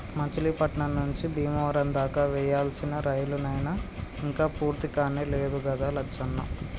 మచిలీపట్నం నుంచి బీమవరం దాకా వేయాల్సిన రైలు నైన ఇంక పూర్తికానే లేదు గదా లచ్చన్న